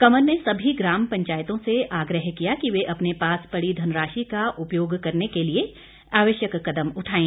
कंवर ने सभी ग्राम पंचायतों से आग्रह किया कि वे अपने पास पड़ी धनराशि का उपयोग करने के लिए आवश्यक कदम उठाएं